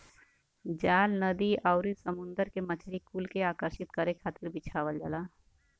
जाल नदी आउरी समुंदर में मछरी कुल के आकर्षित करे खातिर बिछावल जाला